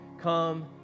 come